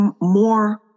more